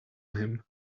him